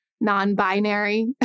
non-binary